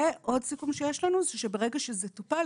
ועם סיכום שיש לנו ברגע שזה טופל,